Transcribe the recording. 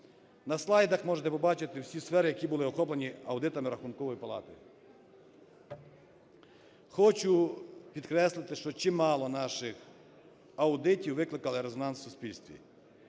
На слайдах можете побачити всі сфери, які були охоплені аудитами Рахункової палати. Хочу підкреслити, що чимало наших аудитів викликали резонанс в суспільстві.